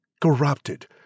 Corrupted